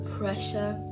pressure